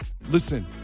Listen